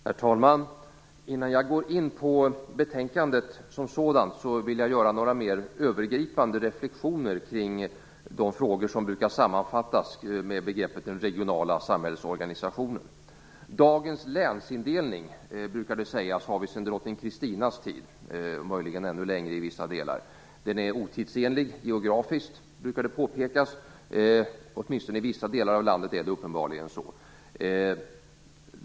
Herr talman! Innan jag går in på betänkandet som sådant vill jag göra några mer övergripande reflexioner kring de frågor som brukar sammanfattas med begreppet "den regionala samhällsorganisationen". Dagens länsindelning, brukar det sägas, har vi sedan drottning Kristinas tid. Den är möjligen ännu äldre i vissa delar. Den är otidsenlig geografiskt, brukar det påpekas. Åtminstone i vissa delar av landet är det uppenbarligen så.